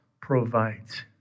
provides